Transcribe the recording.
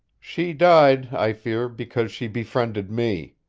she died, i fear, because she befriended me.